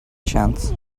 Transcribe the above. chance